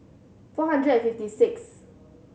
four hundred and fifty six